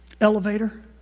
elevator